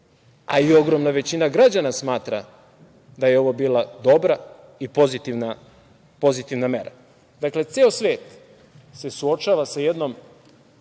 a i ogromna većina građana smatra da je ovo bila dobra i pozitivna mera. Dakle, ceo svet se suočava sa ozbiljnim